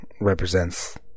Represents